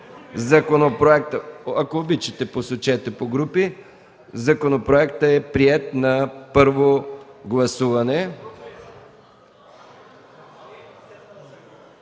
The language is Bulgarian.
Законопроектът е приет на първо гласуване.